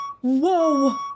Whoa